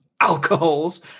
alcohols